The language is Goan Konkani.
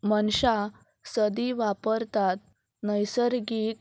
मनशां सदीं वापरतात नैसर्गीक